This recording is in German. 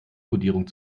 kodierung